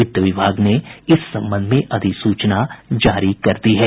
वित्त विभाग ने इस संबंध में अधिसूचना जारी कर दी है